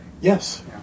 Yes